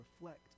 reflect